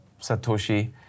Satoshi